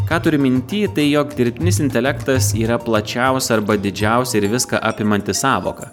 ką turiu minty tai jog dirbtinis intelektas yra plačiausia arba didžiausia ir viską apimanti sąvoka